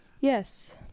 Yes